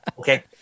Okay